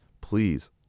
please